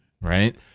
Right